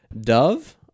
Dove